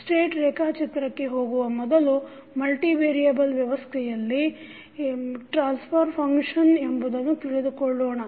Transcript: state ರೇಖಾಚಿತ್ರಕ್ಕೆ ಹೋಗುವ ಮೊದಲು ಮಲ್ಟಿ ವೇರಿಯಬಲ್ ವ್ಯವಸ್ಥೆಯಲ್ಲಿ ಟ್ರಾನ್ಸ್ಫರ್ ಫಂಕ್ಷನ್ ಎಂಬುದನ್ನು ತಿಳಿದುಕೊಳ್ಳೋಣ